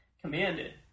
commanded